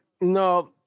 no